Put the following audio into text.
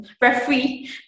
referee